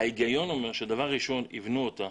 ההיגיון אומר שדבר ראשון יבנו אותה